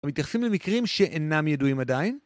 ומתייחסים למקרים שאינם ידועים עדיין.